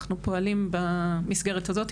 אנחנו פועלים במסגרת הזאת,